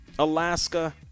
Alaska